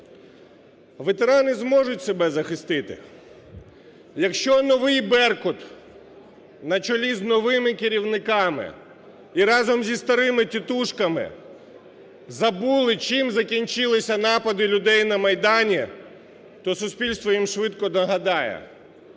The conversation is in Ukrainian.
Ветерани зможуть себе захистити, якщо новий "Беркут" на чолі з новими керівниками і разом зі старими "тітушками" забули чим закінчилися напади людей на Майдані, то суспільство їм швидко нагадає.